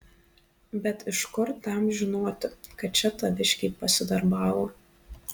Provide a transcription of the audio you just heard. bet iš kur tam žinoti kad čia taviškiai pasidarbavo